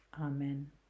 Amen